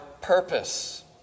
purpose